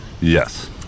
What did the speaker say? Yes